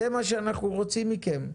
זה מה שאנחנו רוצים מכם.